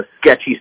sketchy